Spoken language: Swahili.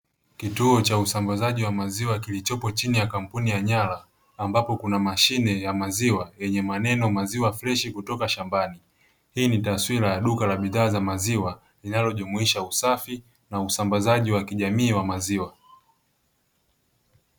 Kituo cha usambazaji wa maziwa kilichopo chini ya kampuni ya Nyara, ambapo kuna mashine ya maziwa yenye maneno "maziwa fresh kutoka shambani". Hii ni taswira ya duka la bidhaa za maziwa linalojumuisha usafi na usambazaji wa kijamii wa maziwa.